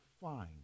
fine